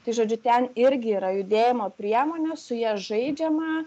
tai žodžiu ten irgi yra judėjimo priemonė su ja žaidžiama